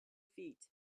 feet